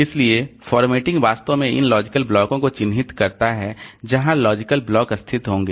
इसलिए फॉर्मेटिंग वास्तव में इन लॉजिकल ब्लॉकों को चिह्नित करता है जहां लॉजिकल ब्लॉक स्थित होंगे